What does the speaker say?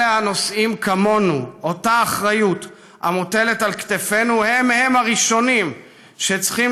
אלה הנושאים כמונו אותה אחריות המוטלת על כתפינו הם-הם הראשונים שצריכים